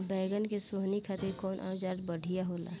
बैगन के सोहनी खातिर कौन औजार बढ़िया होला?